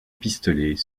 pistolet